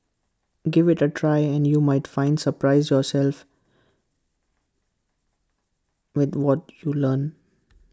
give IT A try and you might find surprise yourself with what you learn